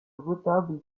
retable